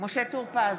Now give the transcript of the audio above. משה טור פז,